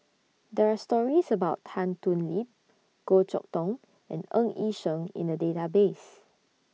There Are stories about Tan Thoon Lip Goh Chok Tong and Ng Yi Sheng in The Database